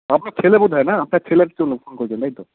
আপনার ছেলে বোধহয় না আপনার ছেলের জন্য ফোন করেছেন তাই তো